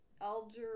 Alger